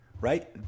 right